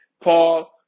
Paul